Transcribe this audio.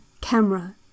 camera